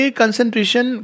concentration